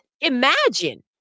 imagine